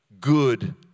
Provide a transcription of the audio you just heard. good